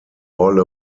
all